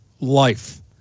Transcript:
life